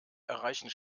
erreichen